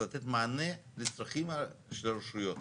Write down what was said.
לתת מענה לצרכים של הרשויות.